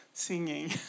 Singing